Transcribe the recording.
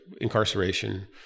incarceration